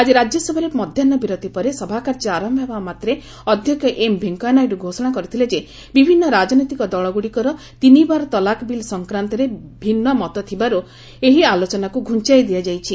ଆଜି ରାଜ୍ୟ ସଭାରେ ମଧ୍ୟାହ ବିରତି ପରେ ସଭା କାର୍ଯ୍ୟ ଆରମ୍ଭ ହେବା ମାତ୍ରେ ଅଧ୍ୟକ୍ଷ ଏମ୍ ଭେଙ୍କୟାନାଇଡ଼ୁ ଘୋଷଣା କରିଥିଲେ ଯେ ବିଭିନ୍ନ ରାଜନୈତିକ ଦଳଗୁଡିକର ତିନିବାର ତଲାକ୍ ବିଲ୍ ସଂକ୍ରାନ୍ତରେ ଭିନ୍ନ ମତ ଥିବାରୁ ଏହା ଆଲୋଚନାକୁ ଘୁଞ୍ଚାଇ ଦିଆଯାଇଛି